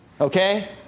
Okay